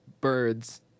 birds